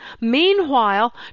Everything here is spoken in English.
Meanwhile